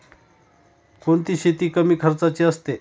कोणती शेती कमी खर्चाची असते?